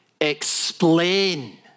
explain